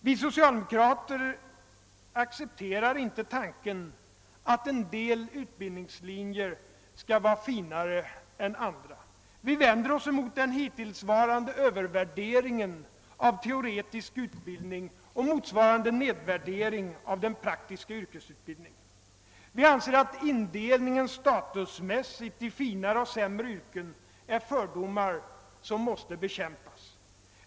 Vi socialdemokrater accepterar inte tanken att en del utbildningslinjer skall vara »finare» än andra. Vi vänder oss emot den hittillsvarande övervärderingen av teoretisk utbildning och motsvarande nedvärdering av den praktiska yrkesutbildningen. Vi anser att indel ningen statusmässigt i finare och sämre yrken är uttryck för fördomar som måste bekämpas.